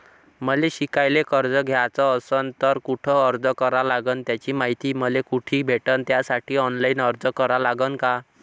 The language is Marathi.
मले शिकायले कर्ज घ्याच असन तर कुठ अर्ज करा लागन त्याची मायती मले कुठी भेटन त्यासाठी ऑनलाईन अर्ज करा लागन का?